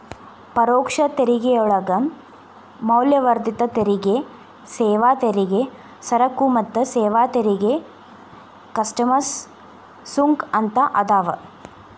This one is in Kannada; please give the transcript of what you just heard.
ಪರೋಕ್ಷ ತೆರಿಗೆಯೊಳಗ ಮೌಲ್ಯವರ್ಧಿತ ತೆರಿಗೆ ಸೇವಾ ತೆರಿಗೆ ಸರಕು ಮತ್ತ ಸೇವಾ ತೆರಿಗೆ ಕಸ್ಟಮ್ಸ್ ಸುಂಕ ಅಂತ ಅದಾವ